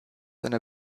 einer